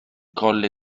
colle